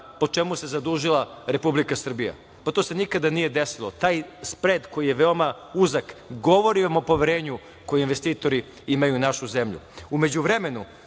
po čemu se zadužila Republika Srbija. To se nikada nije desilo, taj spred koji je veoma uzak govori vam o poverenju koje investitori imaju u našu zemlju.U međuvremenu